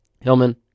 Hillman